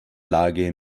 lage